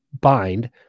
bind